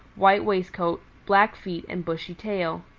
white waistcoat, black feet and bushy tail.